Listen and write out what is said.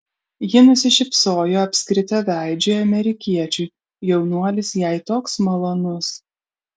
ji nusišypsojo apskritaveidžiui amerikiečiui jaunuolis jai toks malonus